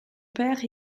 père